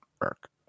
work